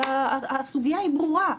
והסוגיה היא ברורה,